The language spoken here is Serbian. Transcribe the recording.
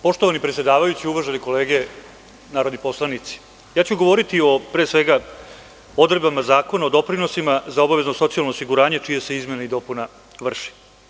Poštovani predsedavajući, uvažene kolege narodni poslanici, govoriću pre svega o odredbama Zakona o doprinosima za obavezno socijalno osiguranje čije se izmene i dopune vrše.